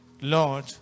Lord